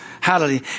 Hallelujah